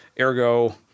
ergo